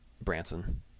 Branson